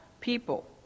people